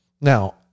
Now